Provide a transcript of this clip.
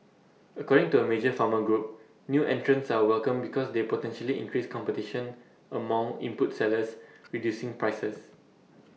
according to A major farmer group new entrants are welcome because they potentially increase competition among input sellers reducing prices